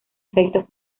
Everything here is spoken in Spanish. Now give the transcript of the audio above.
efectos